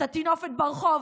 את הטינופת ברחוב,